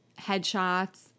headshots